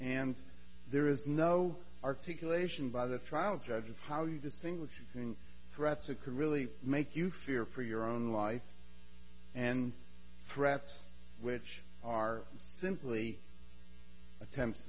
and there is no articulation by the trial judge of how you distinguish threats to could really make you fear for your own life and threats which are simply attempts